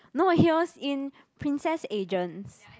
no he was in Princess Agents